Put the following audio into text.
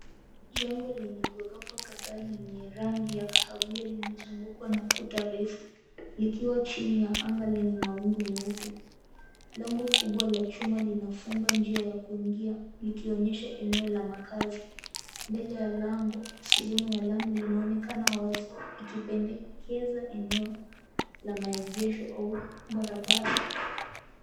Jengo lenye gorofa kadhaa lenye rangi ya kahawia limezungukwa na kuta refu likiwa chini la anga lenye mawingu meupe. Lango kubwa la chuma linafunga njia ya kuingia likionyesha eneo la makaazi. Mbele ya lango, sehemu ya lami linaonekana wazi ikipendekeza eneo la maegesho au barabara.